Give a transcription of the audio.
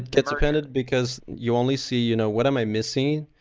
it's appended because you only see, you know what am i missing?